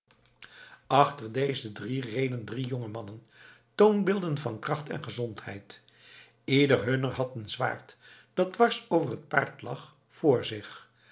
achter deze drie reden drie jonge mannen toonbeelden van kracht en gezondheid ieder hunner had een zwaard dat dwars over het paard lag voor zich